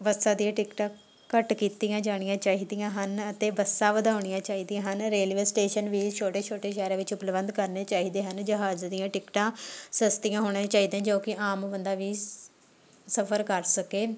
ਬੱਸਾਂ ਦੀਆਂ ਟਿਕਟਾਂ ਘੱਟ ਕੀਤੀਆਂ ਜਾਣੀਆਂ ਚਾਹੀਦੀਆਂ ਹਨ ਅਤੇ ਬੱਸਾਂ ਵਧਾਉਣੀਆਂ ਚਾਹੀਦੀਆਂ ਹਨ ਰੇਲਵੇ ਸਟੇਸ਼ਨ ਵੀ ਛੋਟੇ ਛੋਟੇ ਸ਼ਹਿਰਾਂ ਵਿੱਚ ਉਪਲਬਧ ਕਰਨੇ ਚਾਹੀਦੇ ਹਨ ਜਹਾਜ਼ ਦੀਆਂ ਟਿਕਟਾਂ ਸਸਤੀਆਂ ਹੋਣੇ ਚਾਹੀਦੀਆਂ ਜੋ ਕਿ ਆਮ ਬੰਦਾ ਵੀ ਸਫ਼ਰ ਕਰ ਸਕੇ